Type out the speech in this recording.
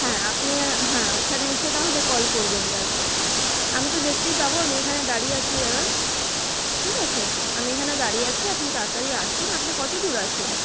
হ্যাঁ আপনি অ্যাঁ হ্যাঁ ওখানে এসে তাহলে কল করবেন দাদা আমি তো দেখতেই পাবো আমি এখনে দাঁড়িয়ে আছি দাদা ঠিক আছে আমি এখানে দাঁড়িয়ে আছি আপনি তাড়াতাড়ি আসুন আপনি কত দূর আছেন